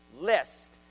list